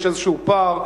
יש פה איזשהו פער,